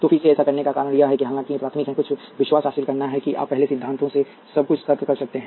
तो फिर से ऐसा करने का कारण यह है कि हालांकि ये प्राथमिक हैं कुछ विश्वास हासिल करना है कि आप पहले सिद्धांतों से सब कुछ तर्क कर सकते हैं